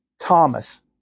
Thomas